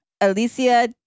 Alicia